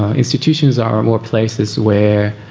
ah institutions are more places where